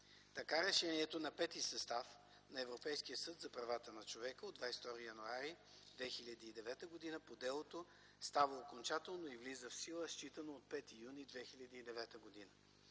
Така решението на Пети състав на Европейския съд за правата на човека от 22 януари 2009 г. по делото става окончателно и влиза в сила, считано от 5 юни 2009 г.